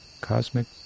Cosmic